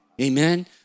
amen